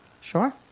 Sure